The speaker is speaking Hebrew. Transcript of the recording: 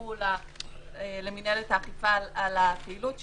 ידווחו למינהלת האכיפה על הפעילות שלהם,